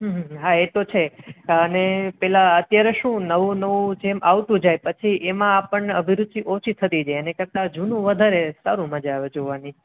હમ હમ હમ હા એ તો છે અને પેલા અત્યારે શું નવું નવું જેમ આવતું જાય પછી એમાં આપણને અભિરુચિ ઓછી થતી જાય એની કરતાં જૂનું વધારે સારું મજા આવે જોવાની